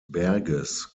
berges